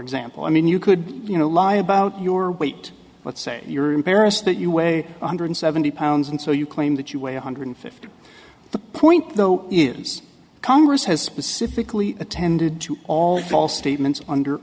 example i mean you could you know lie about your weight but say you're embarrassed that you weigh one hundred seventy pounds and so you claim that you weigh one hundred fifty the point though is congress has specifically attended to all false statements under